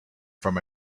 from